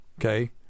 Okay